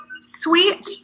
sweet